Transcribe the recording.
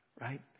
right